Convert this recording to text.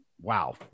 wow